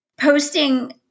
posting